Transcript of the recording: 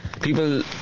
People